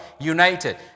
United